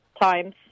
times